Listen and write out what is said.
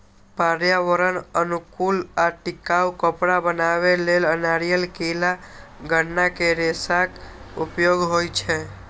पर्यावरण अनुकूल आ टिकाउ कपड़ा बनबै लेल नारियल, केला, गन्ना के रेशाक उपयोग होइ छै